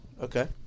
Okay